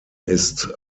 ist